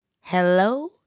Hello